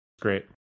Great